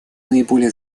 наиболее